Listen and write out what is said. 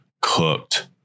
cooked